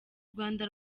rwanda